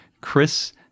Chris